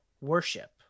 worship